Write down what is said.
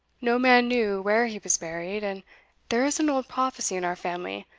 no man knew where he was buried, and there is an old prophecy in our family,